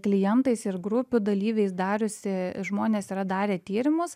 klientais ir grupių dalyviais dariusi žmonės yra darę tyrimus